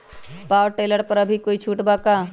Power tiller पर अभी कोई छुट बा का?